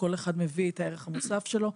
כל אחד מביא את הערך המוסף שלו.